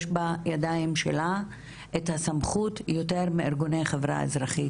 יש בידיים שלה את הסמכות יותר מארגוני חברה אזרחית.